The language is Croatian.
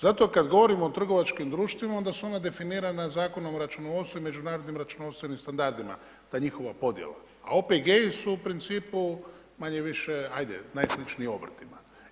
Zato kad govorimo o trgovačkim društvima onda su ona definirana Zakonom o računovodstvu i međunarodnim računovodstvenim standardima ta njihova podjela, a OPG-i su u principu manje-više, hajde najsličniji obrtima.